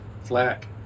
flak